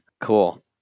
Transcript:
cool